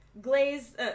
glaze